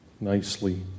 nicely